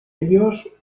ellos